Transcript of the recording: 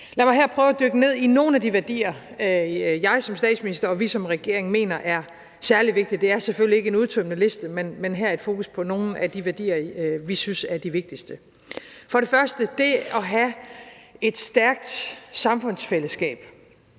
Lad mig her prøve at dykke ned i nogle af de værdier, jeg som statsminister og vi som regering mener er særlig vigtige. Det er selvfølgelig ikke en udtømmende liste, men her et fokus på nogle af de værdier, vi synes er de vigtigste. For det første: Det at have et stærkt samfundsfællesskab